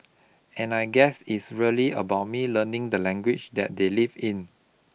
and I guess it's really about me learning the language that they live in